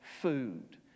food